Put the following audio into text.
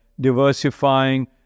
diversifying